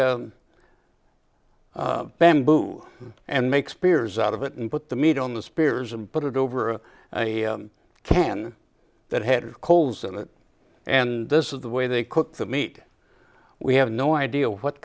bamboo and make spears out of it and put the meat on the spears and put it over a can that had coals on it and this is the way they cook the meat we have no idea what